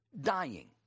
dying